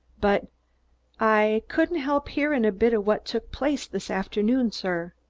but i couldn't elp earin a bit of what took place this arfternoon, sir.